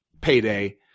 payday